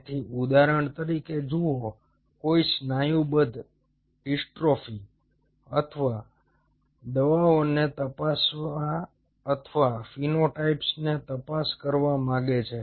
તેથી ઉદાહરણ તરીકે જુઓ કોઈ સ્નાયુબદ્ધ ડિસ્ટ્રોફી માટે દવાઓને તપાસવા અથવા ફિનોટાઇપ્સને તપાસવા કરવા માંગે છે